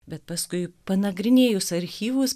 bet paskui panagrinėjus archyvus